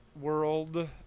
world